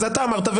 אתה אמרת,